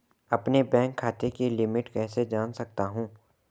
अपने बैंक खाते की लिमिट कैसे जान सकता हूं?